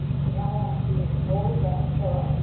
could i ask you you to hold that thought